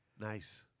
Nice